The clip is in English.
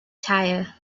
tire